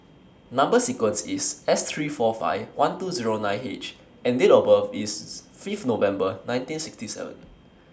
Number sequence IS S three four five one two Zero nine H and Date of birth IS Fifth November nineteen sixty seven